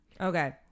Okay